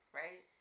right